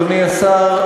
אדוני השר,